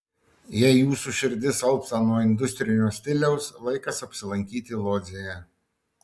jei jūsų širdis alpsta nuo industrinio stiliaus laikas apsilankyti lodzėje